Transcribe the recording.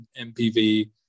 MPV